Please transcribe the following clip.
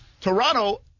Toronto